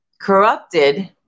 corrupted